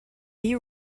you